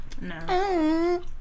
No